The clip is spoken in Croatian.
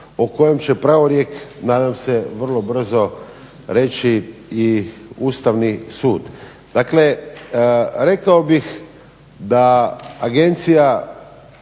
o kojem će pravorijek nadam se vrlo brzo reći i Ustavni sud. Dakle, rekao bih da Agencija